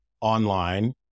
online